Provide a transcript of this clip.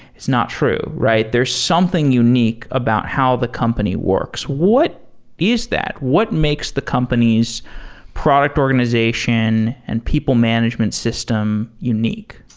it's not true, right? there's something unique about how the company works. what is that? what makes the company's product organization and people management system unique?